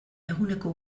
eguneko